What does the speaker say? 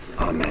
Amen